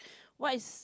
what is